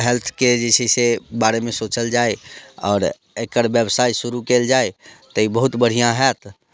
हेल्थके जे छै से बारेमे सोचल जाय आओर एकर व्यवसाय शुरू कयल जाय तऽ ई बहुत बढ़िआँ होयत